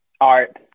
art